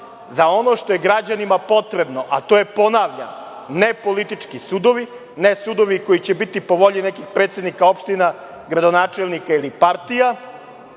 za ono što je građanima potrebno, a to je, ponavljam, ne politički sudovi, ne sudovi koji će biti po volji nekih predsednika opština, gradonačelnika ili partija,